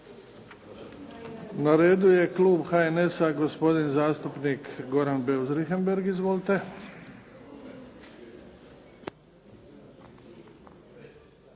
Na redu je klub HNS-a gospodin zastupnik Goran Beus Richembergh. Izvolite.